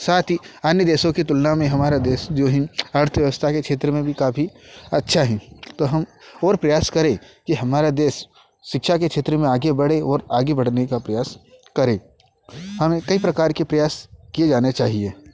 साथ ही अन्य देशों की तुलना में हमारा देश जो है अर्थव्यवस्था के क्षेत्र में भी काफ़ी अच्छा है तो हम और प्रयास करें कि हमारा देश शिक्षा के क्षेत्र में आगे बढ़े और आगे बढ़ने का प्रयास करे हमें कई प्रकार के प्रयास किए जाने चाहिए